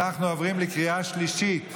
אנחנו עוברים לקריאה שלישית.